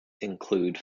include